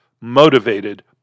motivated